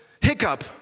Hiccup